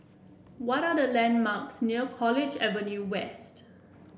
what are the landmarks near College Avenue West